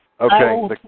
Okay